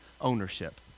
ownership